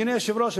אדוני היושב-ראש,